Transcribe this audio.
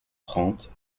trente